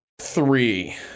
three